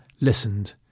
listened